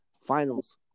Finals